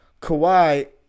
Kawhi